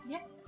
Yes